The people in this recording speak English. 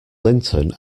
linton